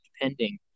depending